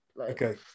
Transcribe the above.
Okay